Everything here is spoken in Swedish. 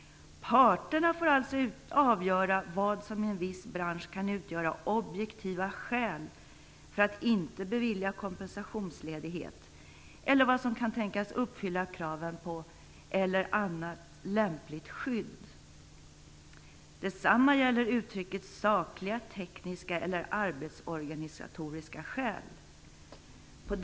Parterna får alltså avgöra vad som i en viss bransch kan utgöra ́objektiva skäl ́ för att inte bevilja kompensationsledighet eller vad som kan tänkas uppfylla kraven på ́annat lämpligt skydd ́. Detsamma gäller uttrycket ́sakliga, tekniska eller arbetsorganisatoriska skäl ́.